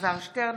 אלעזר שטרן,